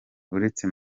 uretse